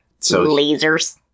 Lasers